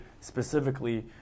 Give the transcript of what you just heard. specifically